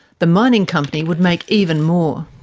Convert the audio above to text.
the mining company would make even more.